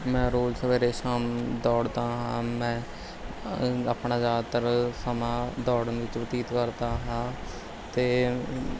ਮੈਂ ਰੋਜ਼ ਸਵੇਰੇ ਸ਼ਾਮ ਦੌੜਦਾ ਹਾਂ ਮੈਂ ਆਪਣਾ ਜ਼ਿਆਦਾਤਰ ਸਮਾਂ ਦੌੜਨ ਵਿੱਚ ਬਤੀਤ ਕਰਦਾ ਹਾਂ ਅਤੇ